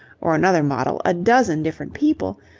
or another model, a dozen different people,